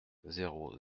zéro